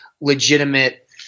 legitimate